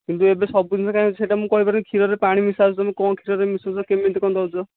କିନ୍ତୁ ଏବେ ସବୁଦିନ କାହିଁ ସେହିଟା ମୁଁ କହିପାରିବିନି କ୍ଷୀରରେ ପାଣି ମିଶା ହେଉଛି ତୁମେ କଣ କ୍ଷୀରରେ ମିଶାଉଛ କେମିତି କଣ ଦେଉଛ